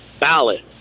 ballot